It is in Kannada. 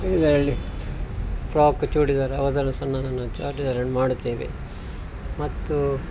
ಇದರಲ್ಲಿ ಫ್ರಾಕು ಚೂಡಿದಾರ ಅದೆಲ್ಲ ಸಣ್ಣ ಸಣ್ಣ ಚೂಡಿದಾರನ್ನು ಮಾಡುತ್ತೇವೆ ಮತ್ತು